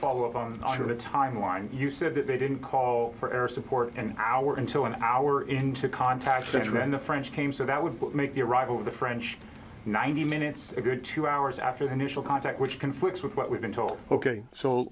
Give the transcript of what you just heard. follow up on the timeline you said that they didn't call for air support an hour until an hour into contact with the french came so that would make the arrival of the french ninety minutes a good two hours after the initial contact which conflicts with what we've been told ok so